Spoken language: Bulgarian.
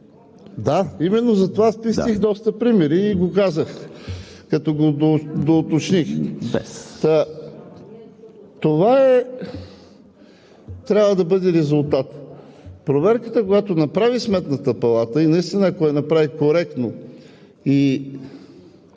Да, именно затова аз спестих доста примери и го казах, като го доуточних. Това трябва да бъде резултатът. Проверката, която направи Сметната палата, и наистина, ако я направи коректно и